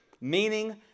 meaning